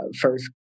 first